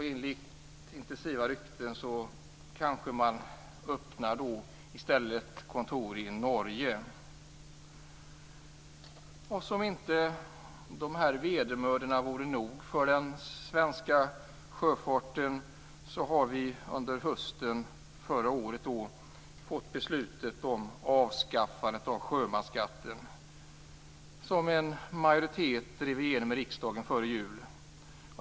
Enligt intensiva rykten kanske man i stället öppnar kontor i Norge. Som om dessa vedermödor inte vore nog för den svenska sjöfarten har riksdagen under hösten förra året fattat beslutet om avskaffandet av sjömansskatten. Detta beslut drevs igenom av en majoritet i riksdagen före jul.